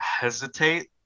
hesitate